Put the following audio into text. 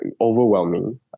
overwhelming